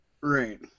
Right